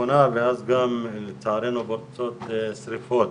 יש צמצום ממש לרמת הרחובות.